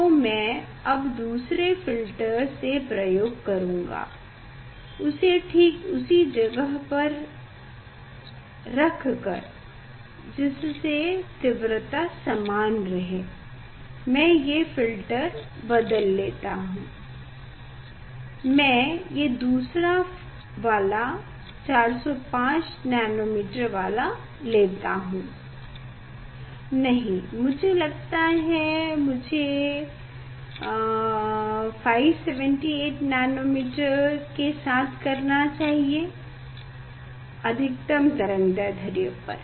तो मैं अब दूसरे फ़िल्टर से प्रयोग करूँगा उसे ठीक उसी जगह पर रख कर जिससे तीव्रता समान रहे मैं ये फ़िल्टर बदल देता हूँ मैं ये दूसरा वाला 405nm वाला लेता हूँ नहीं मुझे लगता है मुझे 578nm के साथ करना चाहिए अधिकतम तरंगदैढ्र्य पर